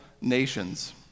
nations